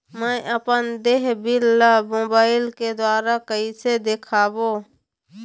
मैं अपन देय बिल ला मोबाइल के द्वारा कइसे देखबों?